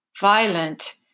violent